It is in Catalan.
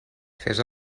fes